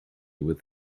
with